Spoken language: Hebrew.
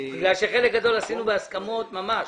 חלק גדול עשינו בהסכמות ממש.